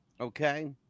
Okay